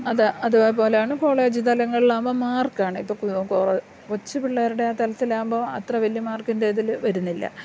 അത് അതുപോലെയാണ് കോളേജ് തലങ്ങളിലാകുമ്പോൾ മാർക്കാണ് ഇപ്പം കൊച്ച് പിള്ളേരുടെ തലത്തിലാകുമ്പോൾ അത്ര വലിയ മാർക്കിൻ്റെ ഇതിൽ വരുന്നില്ല